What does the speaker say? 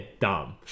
dumb